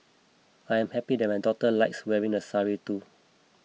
I am happy that my daughter likes wearing the sari too